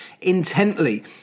intently